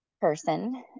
person